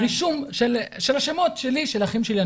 רישום של השמות - שלי, של האחים שלי.